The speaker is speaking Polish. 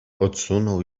odsunął